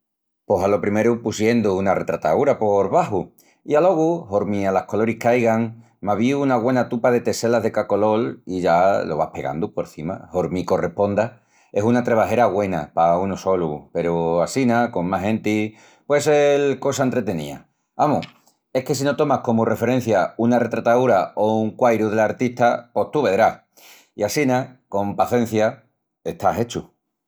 Pos alo primeru pusiendu una retrataúra por baxu. I alogu hormi alas coloris qu'aigan, m'avíu una güena tupa de teselas de ca colol i ya lo vas pegandu porcima hormi corresponda. Es una trebajera güena pa unu solu peru assina con más genti puei sel cosa entretenía. Amus, es que si no tomas comu referencia una retrataúra o un quairu del artista, pos tú vedrás. I assina, con pacencia está hechu.